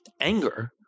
anger